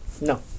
No